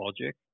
Logic